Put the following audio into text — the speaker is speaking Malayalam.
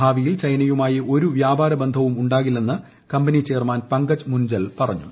ഭാവിയിൽ ചൈനയുമായി ഒരു വ്യാപാര ബന്ധവും ഉണ്ടാക്കില്ലെന്ന് കമ്പനി ചെയർമാൻ പങ്കജ് മുൻജൽ പറഞ്ഞു